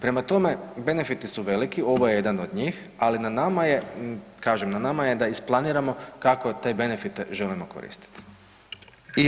Prema tome, benefiti su veliki, ovo je jedan od njih ali na nama je kažem, na nama je da isplaniramo kako te benefite želimo koristiti.